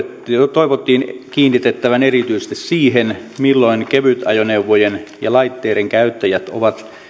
toivottiin kiinnitettävän erityisesti siihen milloin kevytajoneuvojen ja laitteiden käyttäjät ovat